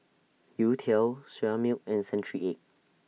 Youtiao Soya Milk and Century Egg